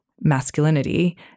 masculinity